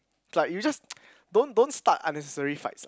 like you just don't don't start unnecessary fights